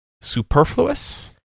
superfluous